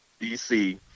DC